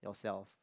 yourself